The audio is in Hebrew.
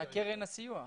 מקרן הסיוע.